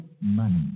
money